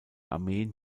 armeen